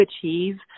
achieve